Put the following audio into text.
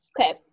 okay